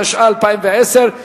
התשע"א 2010,